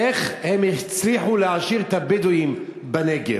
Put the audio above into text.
איך הם הצליחו להעשיר את הבדואים בנגב?